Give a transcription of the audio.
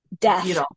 Death